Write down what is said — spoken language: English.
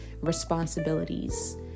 responsibilities